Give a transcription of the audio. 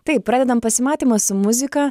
taip pradedam pasimatymą su muzika